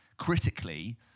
Critically